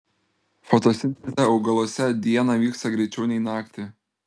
fotosintezė augaluose dieną vyksta greičiau nei naktį